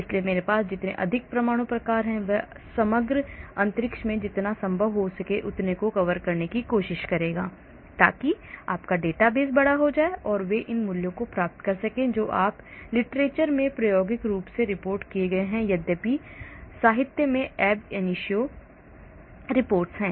इसलिए मेरे पास जितने अधिक परमाणु प्रकार हैं वह समग्र अंतरिक्ष में जितना संभव हो सके उतने को कवर करने की कोशिश करेगा ताकि आपका डेटाबेस बड़ा हो जाए ताकि वे इन मूल्यों को प्राप्त कर सकें जो आप literature में प्रायोगिक रूप से रिपोर्ट किए गए हैं या यद्यपि साहित्य में ab initio रिपोर्ट है